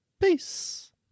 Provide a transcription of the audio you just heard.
Peace